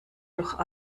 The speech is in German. doch